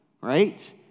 right